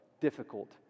difficult